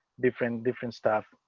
different, different stuff,